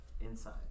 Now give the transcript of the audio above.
inside